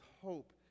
hope